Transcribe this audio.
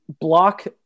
block